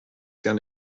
gan